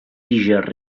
tiges